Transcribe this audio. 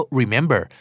remember